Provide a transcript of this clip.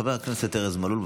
חבר הכנסת ארז מלול,